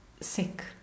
sick